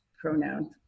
pronoun